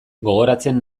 gogoratzen